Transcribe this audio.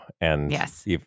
Yes